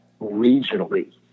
regionally